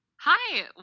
Hi